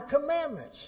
commandments